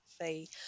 fee